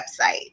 website